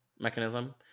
mechanism